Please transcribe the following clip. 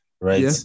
Right